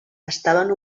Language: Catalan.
estaven